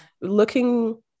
looking